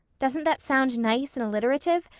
doesn't that sound nice and alliterative?